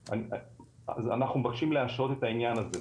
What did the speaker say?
אנחנו מבקשים להשהות את העניין הזה,